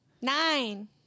Nine